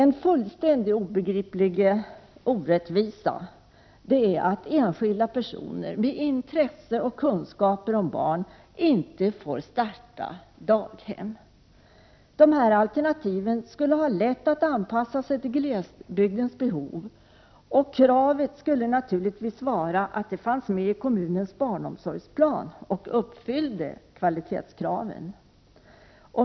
En fullständigt obegriplig orättvisa är att enskilda personer med intresse för och kunskaper om barn inte får starta daghem. Dessa alternativ skulle lätt kunna anpassas till glesbygdens behov. Det är naturligtvis ett krav att de fanns med i kommunens barnomsorgsplan och att de uppfyllde kvalitetskraven.